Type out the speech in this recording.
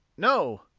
no,